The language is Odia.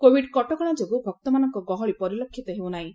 କୋଭିଡ୍ କଟକଣା ଯୋଗୁଁ ଭକ୍ତମାନଙ୍କ ଗହଳି ପରିଲକ୍ଷିତ ହେଉ ନାହିଁ